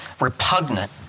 repugnant